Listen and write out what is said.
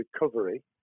recovery